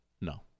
no